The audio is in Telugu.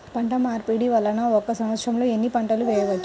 పంటమార్పిడి వలన ఒక్క సంవత్సరంలో ఎన్ని పంటలు వేయవచ్చు?